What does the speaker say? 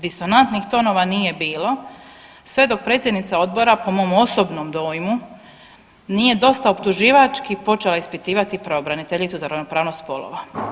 Disonatnih tonova nije bilo sve dok predsjednica odbora po mom osobnom dojmu nije dosta optuživački počela ispitivati pravobraniteljicu za ravnopravnost spolova.